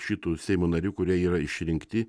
šitų seimo narių kurie yra išrinkti